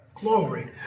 glory